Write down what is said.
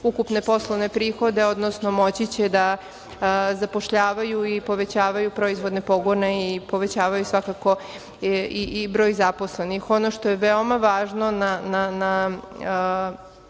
ukupne poslovne prihode, odnosno moći će da zapošljavaju i povećavaju proizvodne pogone i povećavaju svakako i broj zaposlenih. Ono što je veoma važno, na